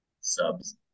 subs